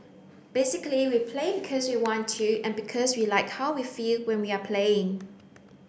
basically we play because we want to and because we like how we feel when we are playing